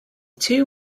two